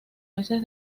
meses